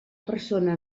persona